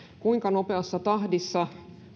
kuinka nopeassa tahdissa